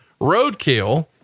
roadkill